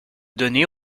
donné